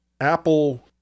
Apple